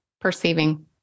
perceiving